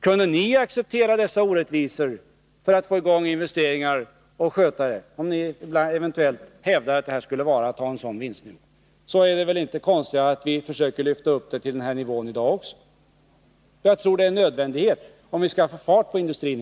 Kunde ni, för att få igång investeringar och sköta det hela, acceptera dessa ”orättvisor”, som ni eventuellt hävdar att det skulle innebära att ha en sådan vinstnivå, är det väl inte konstigare än att vi försöker lyfta upp vinsterna till denna nivå i dag också. Jag tror att det är en nödvändighet om vi skall få fart på industrin.